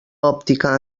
òptica